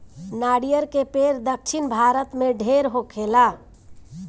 नरियर के पेड़ दक्षिण भारत में ढेर होखेला